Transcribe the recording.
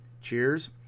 cheers